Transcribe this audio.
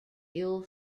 ill